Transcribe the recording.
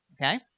okay